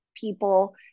people